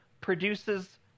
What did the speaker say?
produces